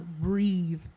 breathe